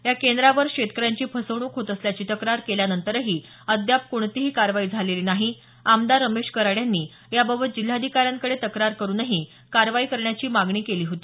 या केंद्रावर शेतकऱ्यांची फसवणूक होत असल्याची तक्रार केल्यानंतरही अद्याप कोणतीही कारवाई झालेली नाही आमदार रमेश कराड यांनी याबाबत जिल्हाधिकाऱ्यांकडे तक्रार करून कारवाई करण्याची मागणी केली होती